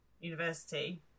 University